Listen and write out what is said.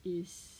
is